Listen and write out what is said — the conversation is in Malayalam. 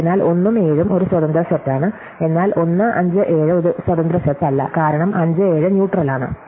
അതിനാൽ 1 ഉം 7 ഉം ഒരു സ്വതന്ത്ര സെറ്റാണ് എന്നാൽ 1 5 7 ഒരു സ്വതന്ത്ര സെറ്റ് അല്ല കാരണം 5 7 ന്യൂട്രൽ ആണ്